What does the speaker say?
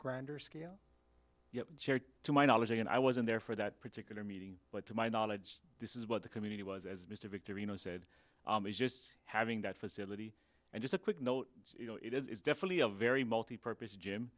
grander scale yet to my knowledge and i wasn't there for that particular meeting but to my knowledge this is what the community was as mr victor you know said just having that facility and just a quick note you know it is definitely a very multi purpose